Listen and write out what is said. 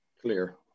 Clear